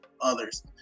others